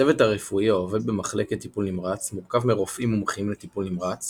הצוות הרפואי העובד במחלקת טיפול נמרץ מורכב מרופאים מומחים לטיפול נמרץ